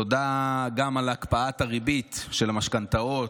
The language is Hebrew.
תודה גם על הקפאת הריבית של המשכנתאות,